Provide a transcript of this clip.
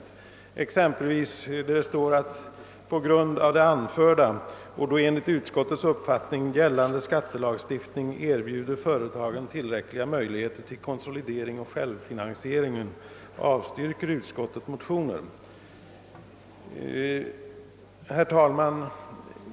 Det gäller exempelvis följande uttalande: »På grund av det anförda och då enligt utskottets uppfattning gällande skattelagstiftning erbjuder företagen tillräckliga möjligheter till' konsolidering och självfinansiering avstyrker utskottet motionen.» Herr talman!